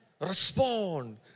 Respond